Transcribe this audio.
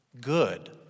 good